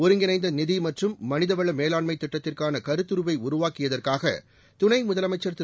ஒருங்கிணைந்த நிதி மற்றும் மனிதவள மேலாண்மை திட்டத்திற்கான கருத்துருவை உருவாக்கியதற்காக துணை முதலமைச்சர் திரு